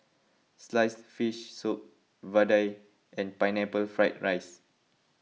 Sliced Fish Soup Vadai and Pineapple Fried Rice